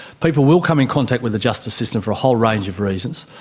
people will come in contact with the justice system for a whole range of reasons.